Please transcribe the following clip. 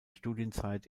studienzeit